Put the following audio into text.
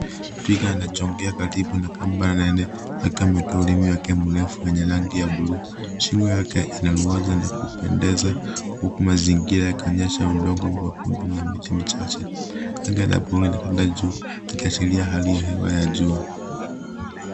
Twiga anajongea karibu na kamba nene, akiwa ametoa ulimi wake mrefu wenye rangi ya buluu. Shingo yake inaruwaza na kupendeza, huku mazingira yakionyesha udongo mwekundu na miti michache. Anga la buluu linatanda juu likiashiria hali ya hewa ya jua.